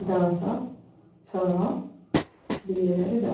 ଦଶ ଛଅ ଦୁଇ ହଜାର ଦଶ